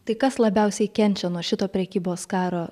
tai kas labiausiai kenčia nuo šito prekybos karo